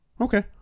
Okay